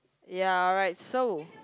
ya alright so